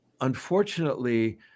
unfortunately